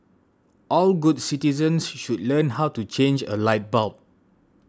all good citizens should learn how to change a light bulb